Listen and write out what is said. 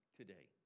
today